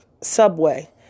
subway